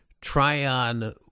Tryon